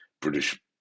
British